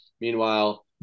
Meanwhile